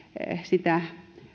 sitä